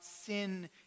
sin